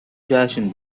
جشن